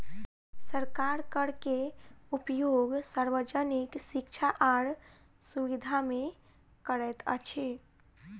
सरकार कर के उपयोग सार्वजनिक शिक्षा आर सुविधा में करैत अछि